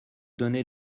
donner